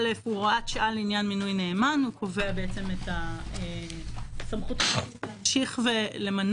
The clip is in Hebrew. הוא הוראת שעה לעניין מינוי נאמן וקובע את הסמכות להמשיך למנות